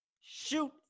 Shoot